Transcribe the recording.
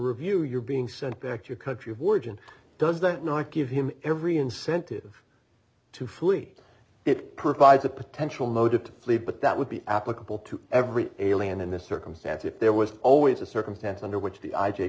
review you're being sent back to your country of origin does that not give him every incentive to flee it provides a potential motive to flee but that would be applicable to every alien in this circumstance if there was always a circumstance under which the i